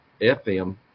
FM